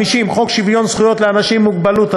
50. חוק שוויון זכויות לאנשים עם מוגבלות,